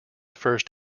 first